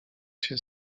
się